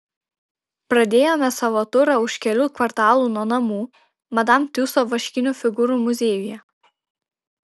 pradėjome savo turą už kelių kvartalų nuo namų madam tiuso vaškinių figūrų muziejuje